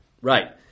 Right